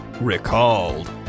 recalled